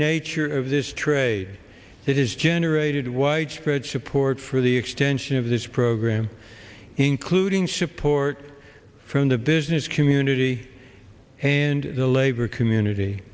nature of this trade that is generated widespread support for the extension of this program including support from the business community and the labor community